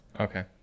okay